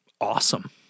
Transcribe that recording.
awesome